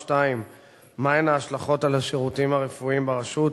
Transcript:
2. מה הן ההשלכות על השירותים הרפואיים ברשות?